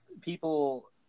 people